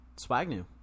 Swagnew